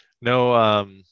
No